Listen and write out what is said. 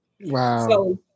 Wow